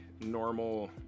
normal